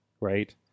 right